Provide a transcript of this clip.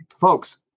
Folks